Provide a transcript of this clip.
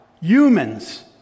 humans